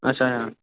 अच्छा अच्छा